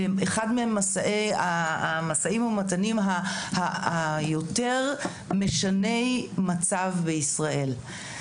באחד המשאים ומתנים היותר "משני מצב" בישראל.